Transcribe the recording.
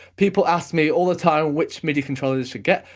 people ask me all the time which midi controller they should get,